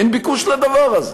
אין ביקוש לדבר הזה.